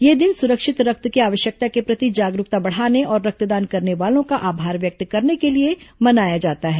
यह दिन सुरक्षित रक्त की आवष्यकता के प्रति जागरूकता बढ़ाने और रक्तदान करने वालों का आभार व्यक्त करने के लिए मनाया जाता है